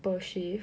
per shift